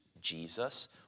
Jesus